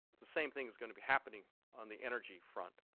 the same thing is going to be happening on the energy front.